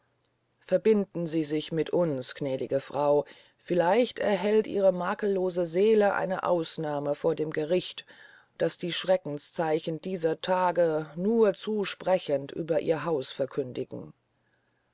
verbinden sie sich mit uns gnädige frau vielleicht erhält ihre makellose seele eine ausnahme von dem gericht das die schreckenszeichen dieser tage nur zu sprechend über ihr haus verkündigen